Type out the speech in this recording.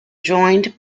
joined